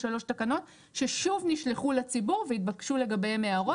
שלוש תקנות ששוב נשלחו לציבור והתבקשו לגביהן הערות.